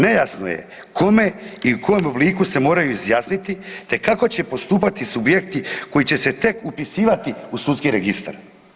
Nejasno je kome i u kojem obliku se moraju izjasniti te kako će postupati subjekti koji će se tek upisivati u sudski registar.